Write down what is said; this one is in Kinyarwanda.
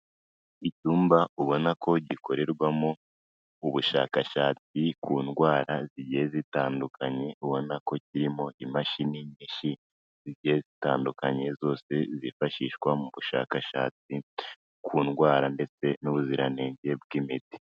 Icyumba ubona ko gikorerwamo ubushakashatsi ku ndwara zigiye zitandukanye, ubona ko kirimo imashini nyinshi zitandukanye zose zifashishwa mu bushakashatsi ku ndwara ndetse n'ubuziranenge bw'imiti.